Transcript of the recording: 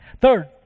Third